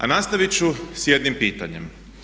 A nastaviti ću s jednim pitanjem.